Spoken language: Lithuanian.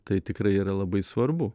tai tikrai yra labai svarbu